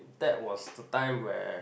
that was the time where